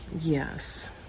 Yes